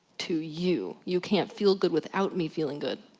to you. you can't feel good without me feeling good.